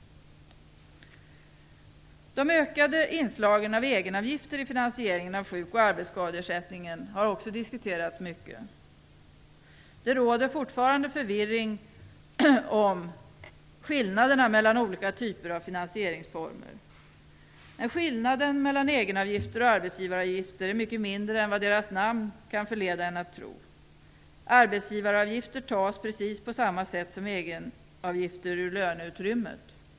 De ökade inslagen av egenavgifter i finansieringen av sjuk och arbetsskadeersättningen har också diskuterats mycket. Det råder fortfarande förvirring om skillnaderna mellan olika typer av finansieringsformer, men skillnaden mellan egenavgifter och arbetsgivaravgifter är mycket mindre än vad deras namn kan förleda en att tro. Arbetsgivaravgifter tas, precis på samma sätt som egenavgifter, ur löneutrymmet.